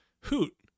Hoot